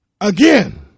Again